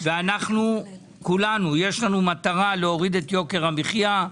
המטרה של כולנו היא להוריד את יוקר המחייה,